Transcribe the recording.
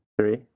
Three